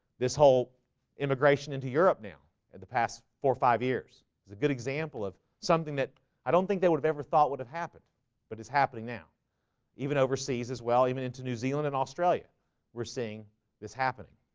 this whole immigration into europe now at the past four or five years it's a good example of something that i don't think they would have ever thought would have happened but it's happening now even overseas as well even into new zealand and australia we're seeing this happening